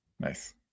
Nice